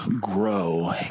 grow